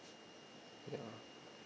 ya